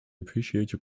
appreciate